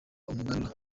umuganura